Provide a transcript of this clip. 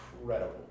incredible